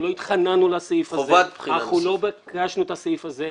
אנחנו לא התחננו לסעיף הזה.